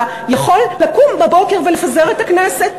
רעיון העוועים שראש ממשלה יכול לקום בבוקר ולפזר את הכנסת,